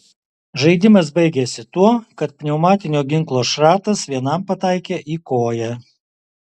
žaidimas baigėsi tuo kad pneumatinio ginklo šratas vienam pataikė į koją